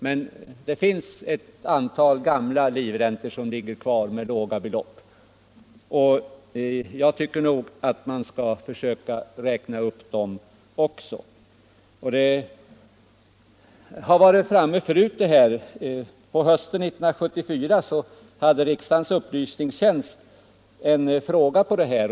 Men det finns alltså ett antal gamla livräntor som ligger kvar på låga belopp. Jag tycker att även dessa bör räknas upp. Det här ärendet har varit uppe tidigare. På hösten 1974 fick riksdagens 109 upplysningstjänst en fråga om detta.